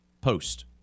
post